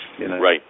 Right